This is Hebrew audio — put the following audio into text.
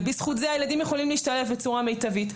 ובזכות זה הילדים יכולים להשתלב בצורה מיטבית.